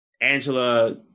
angela